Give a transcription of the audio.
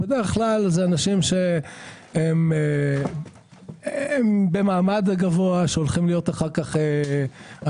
בדרך כלל זה אנשים שהם במעמד גבוה שהולכים להיות אחר כך- -- מי